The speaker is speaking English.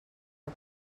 are